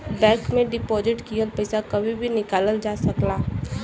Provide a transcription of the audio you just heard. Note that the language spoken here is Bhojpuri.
बैंक में डिपॉजिट किहल पइसा कभी भी निकालल जा सकला